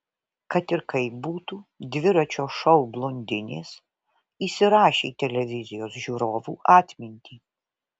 kad ir kaip būtų dviračio šou blondinės įsirašė į televizijos žiūrovų atmintį